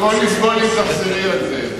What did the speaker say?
הפרוטוקול יסבול שתחזרי על זה.